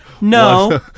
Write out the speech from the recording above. No